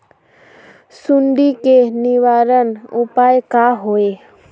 सुंडी के निवारण उपाय का होए?